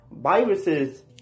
Viruses